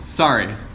Sorry